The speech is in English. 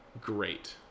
great